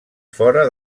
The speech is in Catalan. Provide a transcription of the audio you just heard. fora